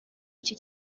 iki